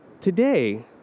Today